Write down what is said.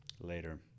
Later